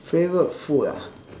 favourite food ah